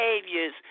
behaviors